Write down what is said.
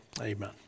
amen